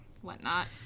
whatnot